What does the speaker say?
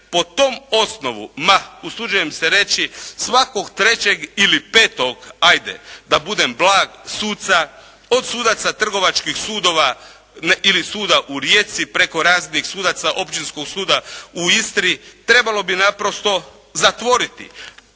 po tom osnovu, ma usuđujem se reći svakog trećeg ili petog, ajde da budem blag suca, od sudaca trgovačkih sudova ili suda u Rijeci, preko raznih sudaca općinskog suda u Istri, trebalo bi naprosto zatvoriti,